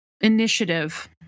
initiative